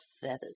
feathers